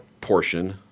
portion